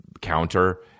counter